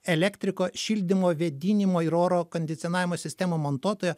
elektriko šildymo vėdinimo ir oro kondicionavimo sistemų montuotojo